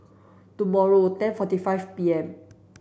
tomorrow forty five P M